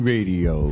Radio